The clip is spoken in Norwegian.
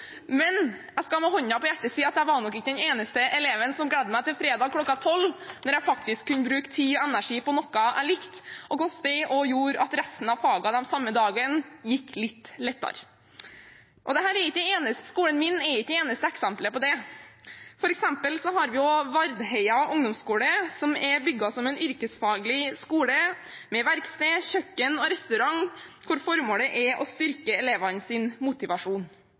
men jeg skal med hånden på hjertet si at jeg var nok ikke den eneste eleven som gledet meg til fredag klokken 12, da jeg faktisk kunne bruke tid og energi på noe jeg likte, noe som også gjorde at resten av fagene den samme dagen gikk litt lettere. Skolen min er ikke det eneste eksemplet på det. For eksempel har vi også Vardheia ungdomsskule, som er bygd som en yrkesfaglig skole med verksted, kjøkken og restaurant, hvor formålet er å styrke elevenes motivasjon. Eller ta Gausdal ungdomsskole ved siden av Lillehammer, hvor elevene